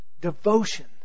Devotion